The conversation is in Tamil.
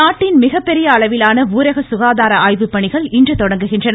நாட்டின் மிகப்பெரிய அளவிலான ஊரக சுகாதார ஆய்வுப்பணிகள் இன்று தொடங்குகின்றன